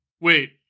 Wait